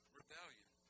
rebellion